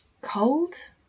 cold